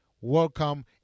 welcome